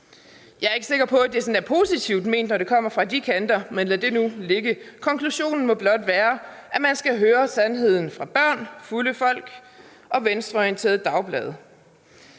Jeg er ikke sikker på, at det er positivt ment, når det kommer fra de kanter, men lad det nu ligge. Konklusionen må blot være, at man skal høre sandheden fra børn, fulde folk og venstreorienterede dagblade.